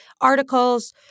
articles